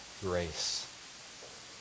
grace